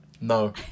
No